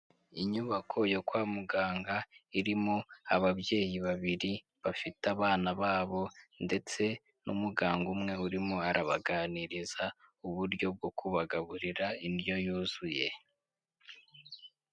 Inyubako yo kwa muganga irimo ababyeyi babiri bafite abana babo, ndetse n'umuganga umwe urimo arabaganiriza uburyo bwo kubagaburira indyo yuzuye.